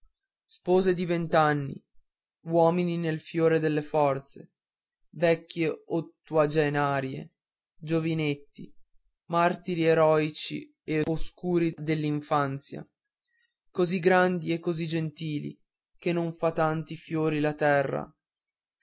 spose di vent'anni uomini nel fior delle forze vecchie ottuagenarie giovinetti martiri eroici e oscuri dell'infanzia così grandi e così gentili che non fa tanti fiori la terra